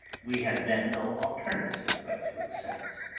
we had then no alternative but to accept.